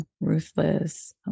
Ruthless